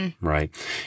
Right